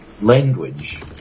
language